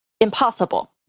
impossible